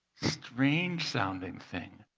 strange sounding thing.